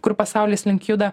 kur pasaulis link juda